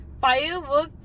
Fireworks